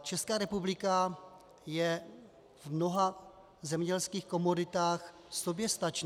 Česká republika je v mnoha zemědělských komoditách soběstačná.